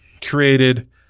Created